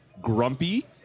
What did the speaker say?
grumpy